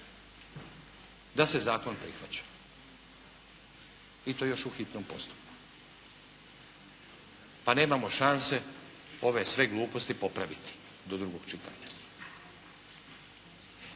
da se zakon prihvaća i to još u hitnom postupku, a nemamo šanse ove sve gluposti popraviti do drugog čitanja.